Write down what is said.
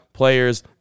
players